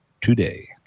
today